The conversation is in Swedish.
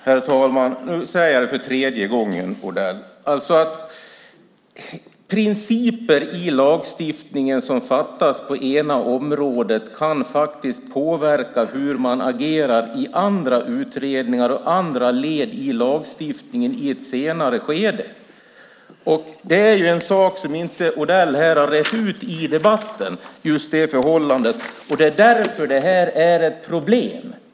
Herr talman! Nu säger jag det för tredje gången, Odell: Principer i lagstiftningen som det fattas beslut om på ena området kan faktiskt påverka hur man agerar i andra utredningar och andra led i lagstiftningen i ett senare skede. Just det förhållandet är en sak som Odell inte har rett ut i debatten. Det är därför det här är ett problem.